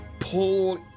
pull